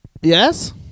Yes